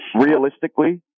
realistically